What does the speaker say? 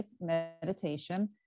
meditation